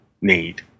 need